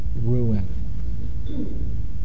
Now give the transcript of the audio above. ruin